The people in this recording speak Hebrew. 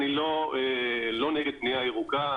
אני לא נגד בנייה ירוקה,